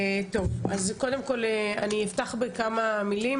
אז קודם כל אני אפתח בכמה מילים,